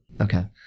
Okay